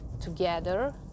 together